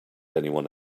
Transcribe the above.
anyone